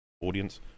audience